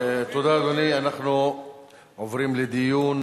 אתה יכול להרחיב בזה?